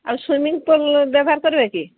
ଆଉ swimming pool ବ୍ୟବହାର କରିବେ କି